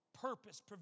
purpose